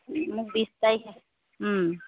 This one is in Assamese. মোক বিছ তাৰিখে